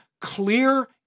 clear